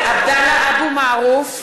(קוראת בשמות חברי הכנסת) עבדאללה אבו מערוף,